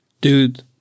Dude